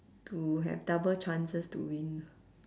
to have double chances to win